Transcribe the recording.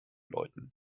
läuten